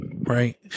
Right